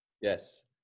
Yes